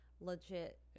legit